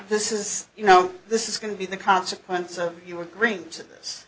this is you know this is going to be the consequence of you agree to this